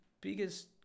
biggest